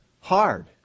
hard